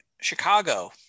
Chicago